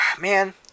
Man